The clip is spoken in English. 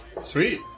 Sweet